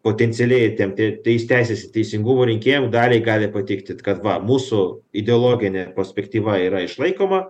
potencialiai jie ten tie teis teisės ir teisingumo rinkėjam daliai gali pateiktit kad va mūsų ideologinė pospektyva yra išlaikoma